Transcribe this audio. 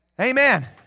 Amen